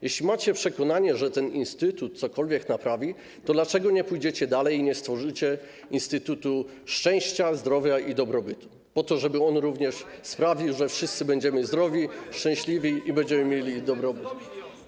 Jeśli macie przekonanie, że ten instytut cokolwiek naprawi, to dlaczego nie pójdziecie dalej i nie stworzycie instytutu szczęścia, zdrowia i dobrobytu po to, żeby sprawił, że wszyscy będziemy zdrowi, szczęśliwi i będziemy mieli dobrobyt?